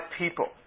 people